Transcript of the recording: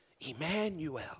Emmanuel